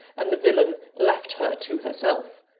and the villain left her to herself.